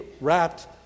wrapped